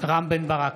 רם בן ברק,